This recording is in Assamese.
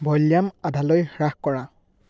ভ'লিঅ'ম আধালৈ হ্ৰাস কৰা